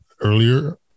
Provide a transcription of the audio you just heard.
earlier